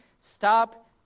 stop